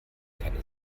keine